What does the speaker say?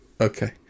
okay